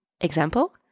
Example